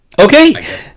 Okay